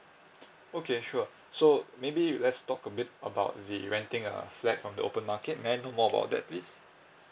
okay sure so maybe let's talk a bit about the renting a flat from the open market may I know more about that please